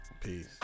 Peace